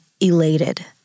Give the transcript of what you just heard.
elated